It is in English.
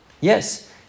Yes